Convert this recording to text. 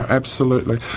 absolutely.